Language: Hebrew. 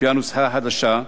על-פי הנוסחה החדשה,